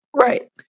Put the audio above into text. Right